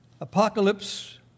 apocalypse